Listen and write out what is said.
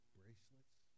bracelets